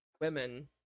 women